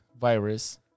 virus